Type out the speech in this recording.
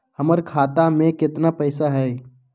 हमर खाता मे केतना पैसा हई?